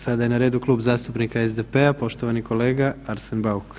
Sada je na redu Klub zastupnika SDP-a, poštovani kolega Arsen Bauk.